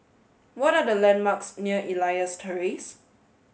what are the landmarks near Elias Terrace